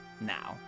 Now